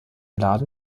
laden